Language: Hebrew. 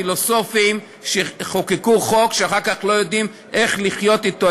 פילוסופים שחוקקו חוק שאחר כך לא יודעים איך לחיות אתו,